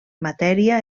matèria